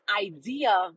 idea